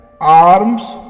arms